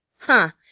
huh!